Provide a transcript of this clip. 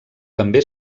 també